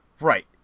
Right